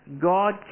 god